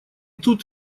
тут